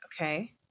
Okay